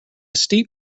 steep